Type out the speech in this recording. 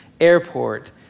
airport